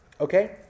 Okay